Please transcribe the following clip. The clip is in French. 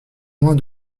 moins